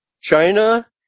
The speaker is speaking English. China